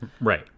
Right